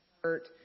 hurt